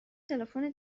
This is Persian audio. تلفن